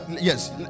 Yes